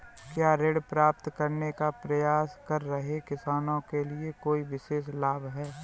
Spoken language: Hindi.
क्या ऋण प्राप्त करने का प्रयास कर रहे किसानों के लिए कोई विशेष लाभ हैं?